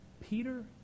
Peter